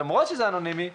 למרות שזה אנונימי,